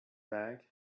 bag